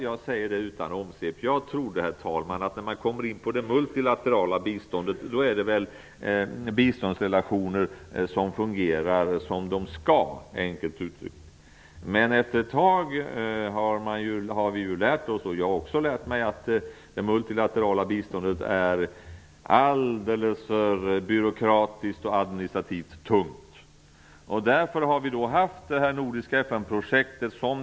Jag säger utan omsvep att jag trodde att i fråga om det multilaterala biståndet fungerade relationerna som de skulle -- enkelt uttryckt. Men jag har lärt mig att det multilaterala biståndet är alldeles för byråkratiskt och administrativt tungt. Därför har vi slitit med det nordiska FN-projektet.